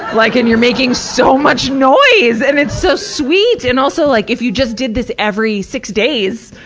like and you're making so much noise! and it's so sweet and also like, if you just did this every six days,